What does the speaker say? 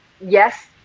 Yes